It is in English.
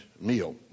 meal